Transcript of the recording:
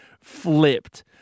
flipped